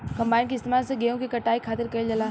combine के इस्तेमाल से गेहूँ के कटाई खातिर कईल जाला